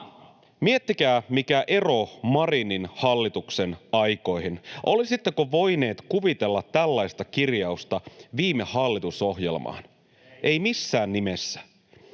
Miettikää, mikä ero on Marinin hallituksen aikoihin. Olisitteko voineet kuvitella tällaista kirjausta viime hallitusohjelmaan? [Perussuomalaisten